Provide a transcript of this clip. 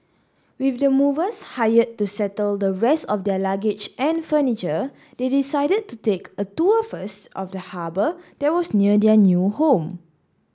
with the movers hired to settle the rest of their luggage and furniture they decided to take a tour first of the harbour that was near their new home